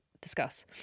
discuss